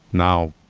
now,